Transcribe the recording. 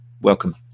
welcome